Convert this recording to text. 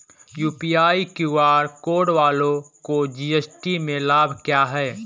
UPI QR code वालों को GST में लाभ क्या है?